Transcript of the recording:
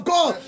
God